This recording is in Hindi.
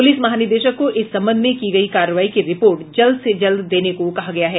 पुलिस महानिदेशक को इस संबंध में की गयी कार्रवाई की रिपोर्ट जल्द से जलद देने को कहा गया है